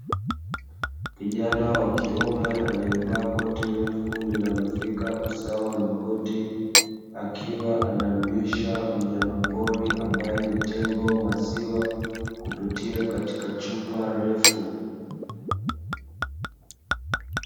Kijana wa kiume alievaa koti refu linalofika usawa wa magoti, akiwa anamlisha mnyama pori ambae ni tembo wa maziwa kupitia katika chupa refu.